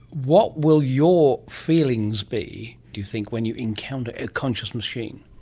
what will your feelings be do you think when you encounter a conscious machine?